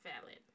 valid